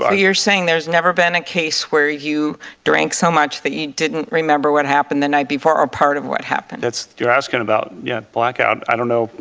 ah you're saying there's never been a case where you drank so much that you didn't remember what happened the night before, or part of what happened? you're asking about, yeah, a blackout, i don't know,